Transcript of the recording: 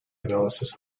analysis